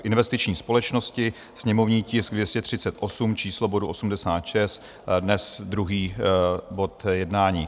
Investiční společnosti, sněmovní tisk 238, číslo bodu 86, dnes druhý bod jednání.